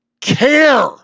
care